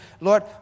Lord